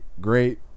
great